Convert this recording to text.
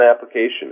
application